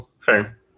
Fair